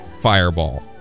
Fireball